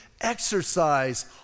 exercise